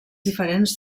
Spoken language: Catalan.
diferents